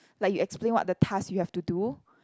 like you explain what the task you have to do